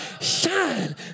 shine